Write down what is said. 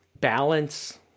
balance